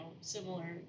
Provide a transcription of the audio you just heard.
similar